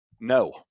no